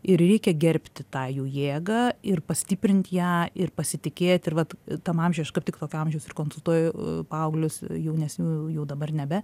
ir reikia gerbti tą jų jėgą ir pastiprinti ją ir pasitikėti ir vat tam amžiui aš kaip tik tokio amžiaus ir konsultuoju paauglius jaunesniųjų jau dabar nebe